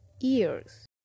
ears